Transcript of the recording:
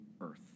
earth